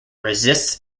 resists